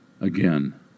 Again